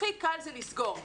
הכי קל זה לסגור,